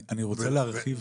אני רוצה להרחיב.